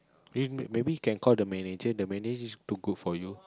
eh maybe can call the manager the manager is too good for you